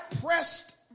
pressed